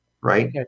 Right